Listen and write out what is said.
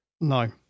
no